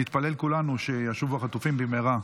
נתפלל כולנו שישובו החטופים במהרה,